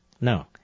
No